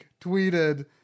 tweeted